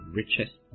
richest